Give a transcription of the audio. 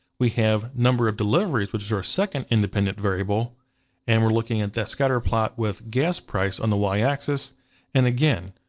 we have number of deliveries, which is our second independent variable and we're looking at that scatterplot with gas price on the like y-axis and again,